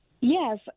Yes